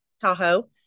Tahoe